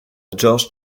george